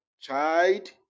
child